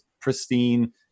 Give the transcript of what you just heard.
pristine